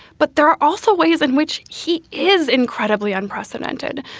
but there are also ways in which he is incredibly unprecedented.